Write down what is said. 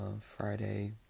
Friday